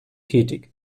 tätig